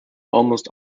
almost